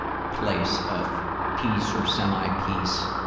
place of peace or semi-peace.